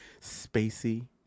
spacey